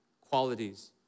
qualities